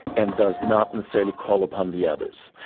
and does not necessarily call upon the others.